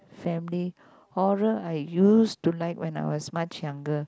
family horror I used to like when I was much younger